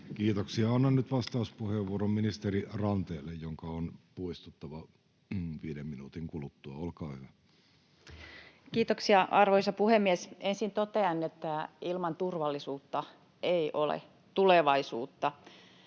Kiitoksia. — Annan nyt vastauspuheenvuoron ministeri Ranteelle, jonka on poistuttava viiden minuutin kuluttua. — Olkaa hyvä. Kiitoksia, arvoisa puhemies! Ensin totean, että ilman turvallisuutta ei ole tulevaisuutta,